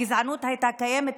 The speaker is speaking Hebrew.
הגזענות הייתה קיימת.